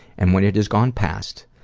and when it has gone past,